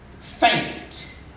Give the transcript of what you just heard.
faint